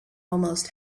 almost